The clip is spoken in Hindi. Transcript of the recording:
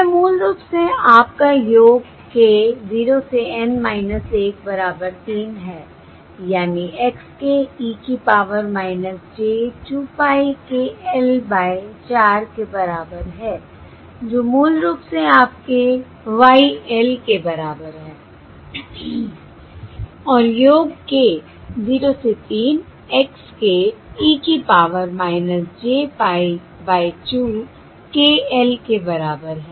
यह मूल रूप से आपका योग K 0 से N 1 बराबर 3 है यानी x k e की power j 2 pie k l by 4 के बराबर है जो मूल रूप से आपके Y l के बराबर है और योग k 0 से 3 x k e की power j pie by 2 k l के बराबर है